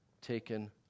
taken